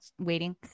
waiting